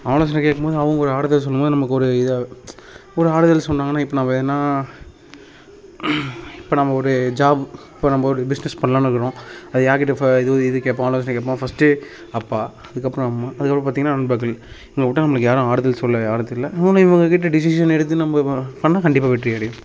ஆலோசனை கேட்கும்போது அவங்க ஒரு ஆறுதல் சொல்லும்போது நமக்கு ஒரு இதாக ஒரு ஆறுதல் சொன்னாங்கனால் இப்போ நம்ம எதனா இப்போ நம்ம ஒரு ஜாப் இப்போ நம்ம ஒரு பிஸ்னஸ் பண்ணலான்னுக்குறோம் அது யார்க்கிட்ட இப்போ இது இது கேட்போம் ஆலோசனை கேட்போம் ஃபர்ஸ்ட்டு அப்பா அதுக்கப்புறம் அம்மா அதுக்கப்றம் பார்த்திங்கன்னா நண்பர்கள் இவங்கள விட்டா நம்மளுக்கு யாரும் ஆறுதல் சொல்ல யாரும் தெரியல இவங்ககிட்ட டிசிஷன் எடுத்து நம்ம ப பண்ணால் கண்டிப்பாக வெற்றி கிடைக்கும்